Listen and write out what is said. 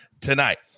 tonight